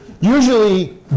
Usually